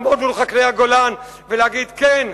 לעמוד מול חקלאי הגולן ולהגיד: כן,